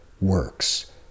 works